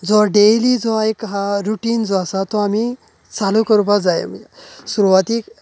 जो डेली जो एक आहा रुटीन जो आसा तो आमी चालू करपा जाय सुरवातीक